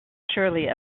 surely